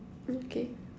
okay